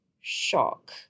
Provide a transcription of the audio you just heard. shock